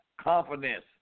confidence